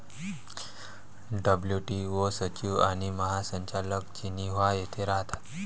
WTO सचिव आणि महासंचालक जिनिव्हा येथे राहतात